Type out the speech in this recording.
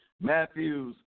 Matthews